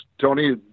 Tony